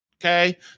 okay